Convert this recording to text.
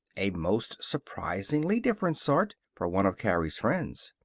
a most surprisingly different sort, for one of carrie's friends.